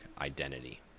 identity